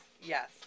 Yes